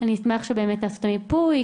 אני אשמח שבאמת תעשה מיפוי,